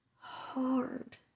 hard